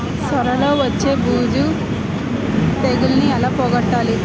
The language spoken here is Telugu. సొర లో వచ్చే బూజు తెగులని ఏల పోగొట్టాలి?